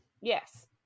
yes